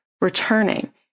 returning